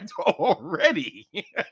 already